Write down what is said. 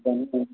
जल्दी चलु